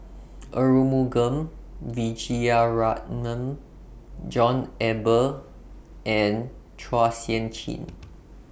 Arumugam Vijiaratnam John Eber and Chua Sian Chin